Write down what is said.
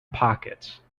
pockets